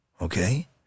okay